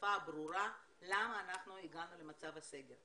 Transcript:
בשפה ברורה למה אנחנו הגענו למצב סגר.